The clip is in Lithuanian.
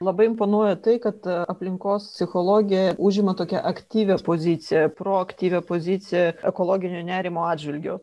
labai imponuoja tai kad aplinkos psichologija užima tokią aktyvią poziciją proaktyvią poziciją ekologinio nerimo atžvilgiu